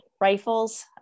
rifles